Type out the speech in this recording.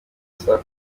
saa